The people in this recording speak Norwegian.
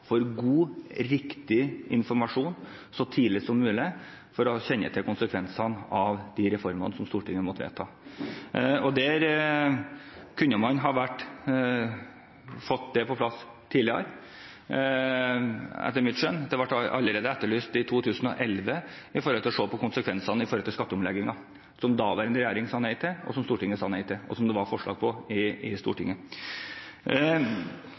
god og riktig informasjon så tidlig som mulig, for å kjenne til konsekvensene av de reformene som Stortinget måtte vedta. Man kunne ha fått dette på plass tidligere, etter mitt skjønn. Når det gjelder å se på konsekvensene av skatteomleggingen, ble det allerede etterlyst i 2011, noe som daværende regjering sa nei til, som Stortinget sa nei til, og som det var forslag om i Stortinget. Denne reformen ble vedtatt i